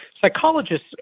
Psychologists